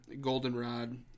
goldenrod